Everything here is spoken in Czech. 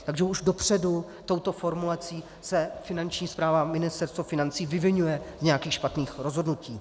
Takže už dopředu touto formulací se Finanční správa a Ministerstvo financí vyviňuje z nějakých špatných rozhodnutí.